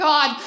God